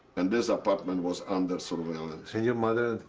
and this apartment was under surveillance. and your mother